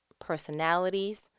personalities